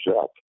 up